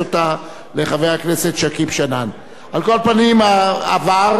על כל פנים עבר ב-36 נגד שלושה,